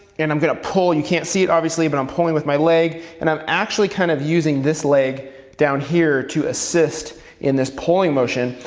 and i'm gonna pull, you can't see it, obviously, but i'm pulling with my leg, and i'm actually kind of using this leg down here to assist in this pulling motion,